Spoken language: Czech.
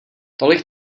tolik